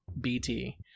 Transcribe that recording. BT